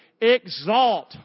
Exalt